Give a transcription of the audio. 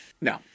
no